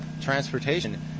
transportation